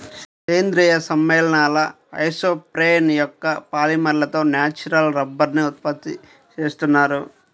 సేంద్రీయ సమ్మేళనాల ఐసోప్రేన్ యొక్క పాలిమర్లతో న్యాచురల్ రబ్బరుని ఉత్పత్తి చేస్తున్నారు